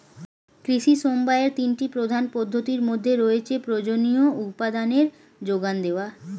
কৃষি সমবায়ের তিনটি প্রধান পদ্ধতির মধ্যে রয়েছে প্রয়োজনীয় উপাদানের জোগান দেওয়া